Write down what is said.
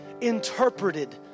interpreted